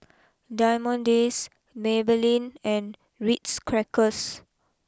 Diamond Days Maybelline and Ritz Crackers